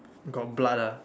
got blood ah